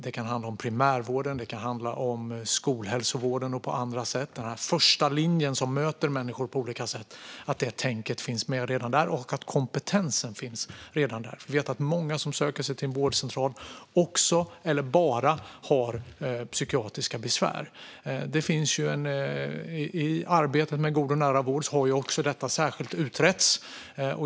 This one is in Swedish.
Det kan handla om primärvården. Det kan handla om skolhälsovården och annat. Det handlar om att detta tänk och denna kompetens ska finnas redan i den första linjen som möter människor på olika sätt. För vi vet att många som söker sig till en vårdcentral också har, eller bara har, psykiatriska besvär. I arbetet med en god och nära vård har detta särskilt utretts.